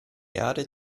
erde